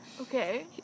Okay